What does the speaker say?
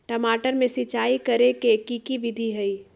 टमाटर में सिचाई करे के की विधि हई?